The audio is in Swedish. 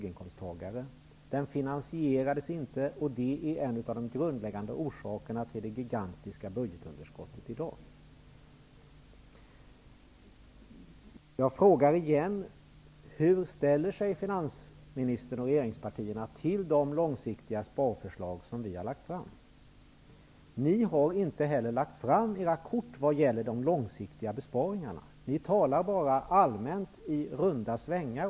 Men skattesänkningen finansierades inte, och det är en av de grundläggande orsakerna till dagens gigantiska budgetunderskott. Jag frågar igen: Hur ställer sig finansministern och regeringspartierna till de långsiktiga sparförslag som vi har lagt fram? Inte heller ni har visat era kort vad gäller de långsiktiga besparingarna. Ni talar bara allmänt och gör runda svängar.